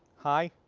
high.